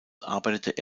arbeitete